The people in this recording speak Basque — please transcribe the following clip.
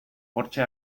hortxe